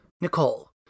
Nicole